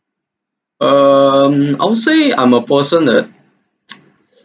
um I would say I'm a person that